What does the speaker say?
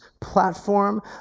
platform